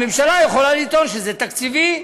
הממשלה יכולה לטעון שזה תקציבי.